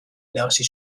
irabazi